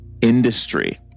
industry